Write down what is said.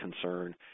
concern